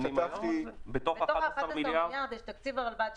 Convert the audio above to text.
בתוך ה-11 מיליארד יש תקציב לרלב"ד,